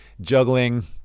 juggling